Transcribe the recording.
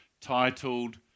titled